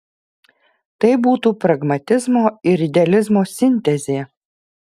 tai būtų pragmatizmo ir idealizmo sintezė